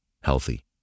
healthy